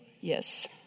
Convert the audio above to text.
Yes